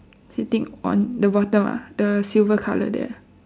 sitting on the bottom ah the silver colour there ah